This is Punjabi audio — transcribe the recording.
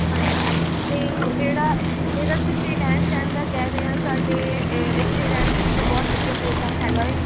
ਹਾਂਜੀ ਅਤੇ ਜਿਹੜਾ ਜਿਹੜਾ ਤੁਸੀਂ ਰਹਿਣ ਸਹਿਣ ਦਾ ਕਹਿ ਰਹੇ ਹਾਂ ਸਾਡੇ ਇੱਥੇ ਰਹਿਣ ਸਹਿਣ ਦਾ ਬਹੁਤ ਵਧੀਆ ਪ੍ਰੋਗਰਾਮ ਹੈਗਾ ਹੈ